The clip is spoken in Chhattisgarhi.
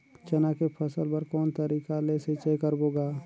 चना के फसल बर कोन तरीका ले सिंचाई करबो गा?